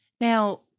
Now